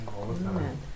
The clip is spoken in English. Amen